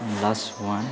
last one